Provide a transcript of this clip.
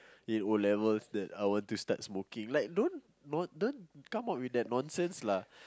in O-levels that I want to start smoking like don't not don't come up with that nonsense lah